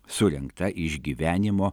surengta išgyvenimo